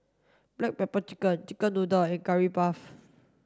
black pepper chicken chicken noodles and curry puff